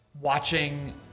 watching